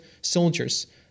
Soldiers